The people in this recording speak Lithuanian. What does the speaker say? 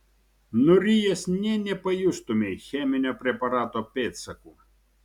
nurijęs nė nepajustumei cheminio preparato pėdsakų